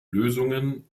lösungen